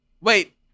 Wait